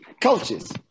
coaches